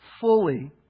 fully